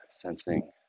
sensing